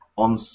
on